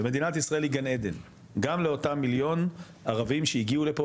ומדינת ישראל היא גן עדן גם לאותם מיליון ערבים שהגיעו לפי